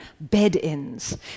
bed-ins